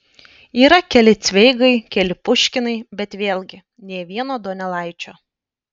yra keli cveigai keli puškinai bet vėlgi nė vieno donelaičio